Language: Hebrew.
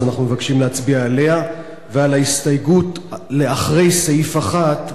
אז אנחנו מבקשים להצביע עליה ועל ההסתייגות לאחרי סעיף 1,